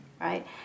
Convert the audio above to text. right